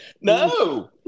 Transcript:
No